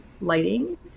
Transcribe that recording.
lighting